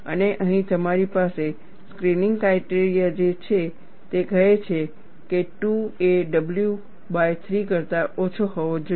અને અહીં તમારી પાસે સ્ક્રીનીંગ ક્રાઇટેરિયા છે જે કહે છે કે 2a w બાય 3 કરતા ઓછો હોવો જોઈએ